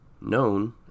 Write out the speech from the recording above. known